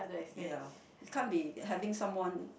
ya it can't be having someone